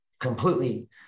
completely